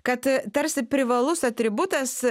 kad tarsi privalus atributas